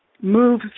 move